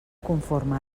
conforme